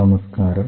നമസ്കാരം